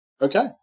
Okay